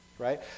right